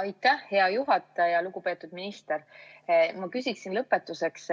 Aitäh, hea juhataja! Lugupeetud minister! Ma küsiksin lõpetuseks,